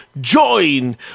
join